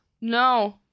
no